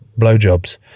blowjobs